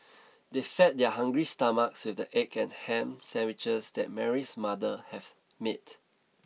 they fed their hungry stomachs with the egg and ham sandwiches that Mary's mother have made